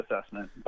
assessment